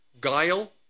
guile